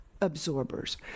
absorbers